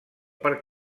per